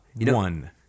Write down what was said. One